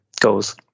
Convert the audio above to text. goes